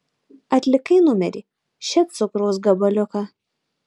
atlikai numerį še cukraus gabaliuką